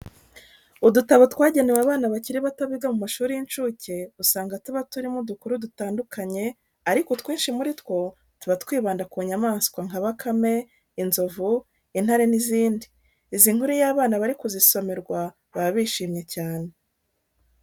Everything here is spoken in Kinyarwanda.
Udutabo twagenewe abana bakiri bato biga mu mashuri y'incuke, usanga tuba turimo udukuru dutandukanye ariko utwinshi muri two tuba twibanda ku nyamaswa nka bakame, inzovu, intare n'izindi. Izi nkuru iyo abana bari kuzisomerwa baba bishimye cyane.